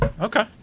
Okay